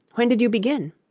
when did you begin